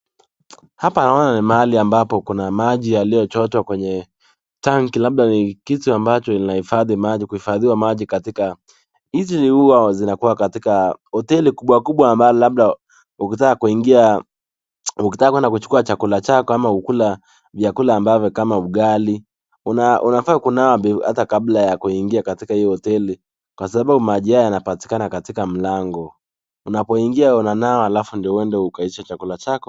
Hapa naona ni mali ambapo kuna maji yaliyochotwa kwenye tanki. Labda ni kitu ambacho kinahifadhi maji. Kufadhia maji katika hizi huwa zinakuwa katika hoteli kubwa kubwa ambapo labda ukitaka kuingia, ukitaka kwenda kuchukua chakula chako ama ukule vyakula ambavyo kama ugali unafaa kunawa hata kabla ya kuingia katika hiyo hoteli. Kwa sababu maji haya yanapatikana katika mlango. Unapoingia unanawa alafu ndio uende ukaishe chakula chako.